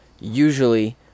usually